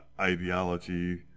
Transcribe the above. ideology